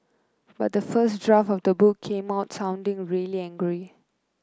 but the first draft of the book came out sounding really angry